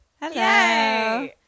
Hello